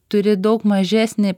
turi daug mažesnį